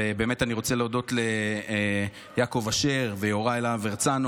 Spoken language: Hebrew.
ובאמת אני רוצה להודות ליעקב אשר ויוראי להב הרצנו,